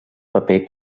paper